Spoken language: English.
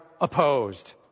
opposed